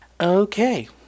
Okay